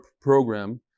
program